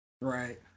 Right